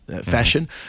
fashion